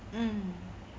mm